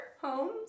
homes